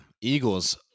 Eagles